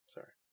Sorry